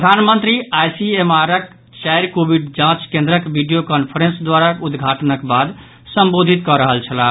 प्रधानमंत्री आईसीएमआरक चारि कोविड जांच केंद्रक वीडियो कांफ्रेंस द्वारा उद्घाटनक बाद संबोधित कऽ रहल छलाह